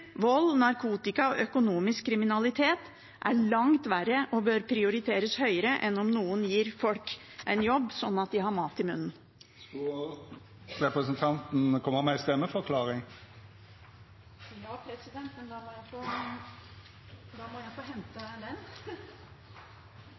vold, narkotika og økonomisk kriminalitet er langt verre og bør prioriteres høyere enn om noen gir folk en jobb sånn at de har til mat i munnen. Så en stemmeforklaring: Forslag nr. 15 skal likevel ikke tas opp til votering. Når det gjelder D II, må